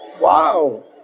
Wow